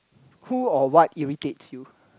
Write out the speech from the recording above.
who or what irritates you